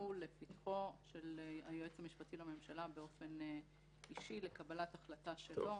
שיובאו לפתחו של היועץ המשפטי לממשלה באופן אישי לקבלת החלטה שלו.